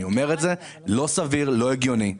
אני אומר שזה לא סביר ולא הגיוני.